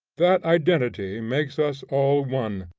that identity makes us all one,